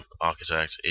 Architect